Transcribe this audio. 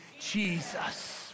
Jesus